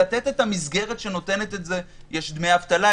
לתת את המסגרת שנותנת את זה יש דמי אבטלה,